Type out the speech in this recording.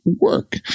Work